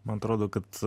man atrodo kad